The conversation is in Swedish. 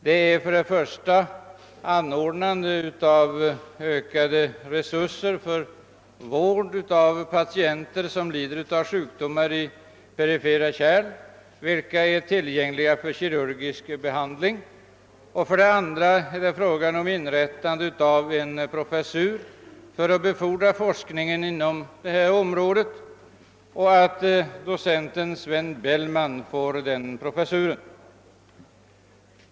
Det ena är anordnande av ökade resurser för vård av patienter som lider av sjukdomar i perifera kärl, vilka är tillgängliga för kärlkirurgisk behandling. Det andra är frågan om inrättande av en professur för att befordra forskningen på detta område samt att docenten Sven Bellman får den professuren.